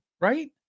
Right